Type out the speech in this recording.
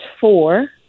four